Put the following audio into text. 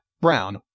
brown